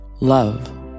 love